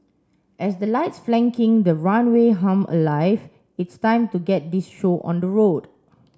as the lights flanking the runway hum alive it's time to get this show on the road